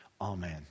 Amen